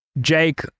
Jake